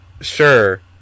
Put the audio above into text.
Sure